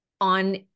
on